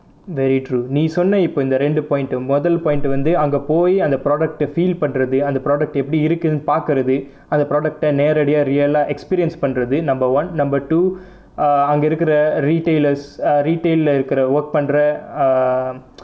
very true நீ சொன்ன இப்போ இந்த இரண்டு:nee sonna ippo intha rendu point முதல்:muthal point வந்து அங்கே போய் அந்த:vanthu angae poi antha product டே:tae feel பண்றது அந்த:pandrathu antha product எப்படி இருக்குதுனு பார்க்குறது அந்த:eppadi irukkuthunu paarkurathu antha product டை நேரடியா:tai neradiyaa real ah experience பண்ணுறது:pannurathu number one number two ah அங்கே இருக்குற:angae irukkura retailers ah retail ah இருக்குற:irukkura work பண்ற:pandra um